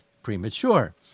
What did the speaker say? Premature